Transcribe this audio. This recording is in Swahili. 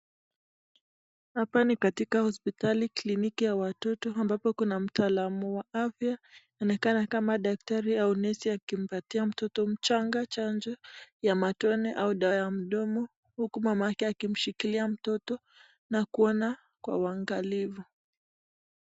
Hapa ni katika hospitali kliniki ya watoto ambapo kuna mtaalamu wa afya inaonekana kama daktari au nesi akimpatia mtoto mchanga chanjo ya matone au dawa ya mdomo. huku mamake akimshikilia mtoto na kuona kwa uangalifu.